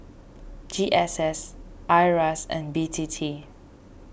G S S Iras and B T T